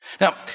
Now